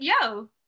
yo